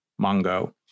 mongo